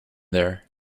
there